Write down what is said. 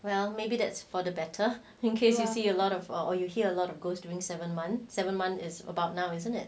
well maybe that's for the better in case you see a lot of or you hear a lot of ghosts during seven month seven month is about now isn't it